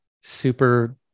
super